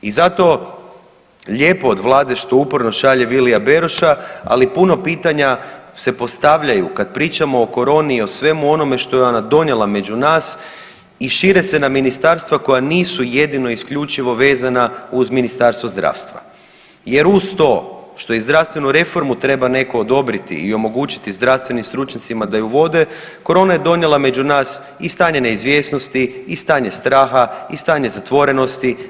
I zato lijepo od Vlade što uporno šalje Vilija Beroša, ali puno pitanja se postavljaju kad pričaju o koroni i o svemu onome što je ona donijela među nas i šire se na ministarstva koja nisu jedino i isključivo vezana uz Ministarstvo zdravstva jer uz to što i zdravstvenu reformu treba netko odobriti i omogućiti zdravstvenim stručnjacima da ju vode, korona je donijela među nas i stanje neizvjesnosti i stanje straha i stanje zatvorenosti.